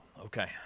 okay